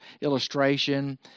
illustration